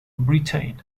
britain